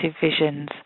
visions